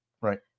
right